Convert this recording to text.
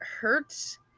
hurts